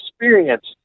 experience